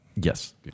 Yes